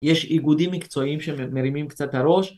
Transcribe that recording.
יש איגודים מקצועיים שמרימים קצת הראש